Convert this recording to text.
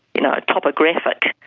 you know, topographic.